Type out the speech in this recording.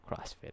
CrossFit